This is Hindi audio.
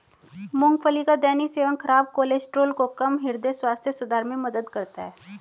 मूंगफली का दैनिक सेवन खराब कोलेस्ट्रॉल को कम, हृदय स्वास्थ्य सुधार में मदद करता है